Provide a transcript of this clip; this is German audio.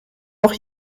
auch